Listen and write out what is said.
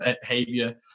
behavior